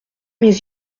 mes